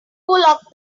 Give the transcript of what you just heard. locked